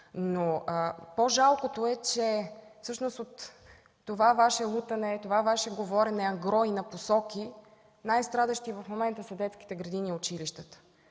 По-жалкото е, че от това Ваше лутане, това Ваше говорене ангро и напосоки най-страдащи в момента са детските градини и училищата,